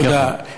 תודה.